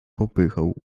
popychał